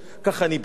כך אני ביצעתי,